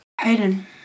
Hayden